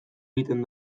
egiten